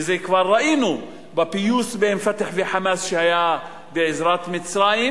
ואת זה כבר ראינו בפיוס בין "פתח" ו"חמאס" שהיה בעזרת מצרים,